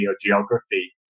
geography